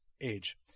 age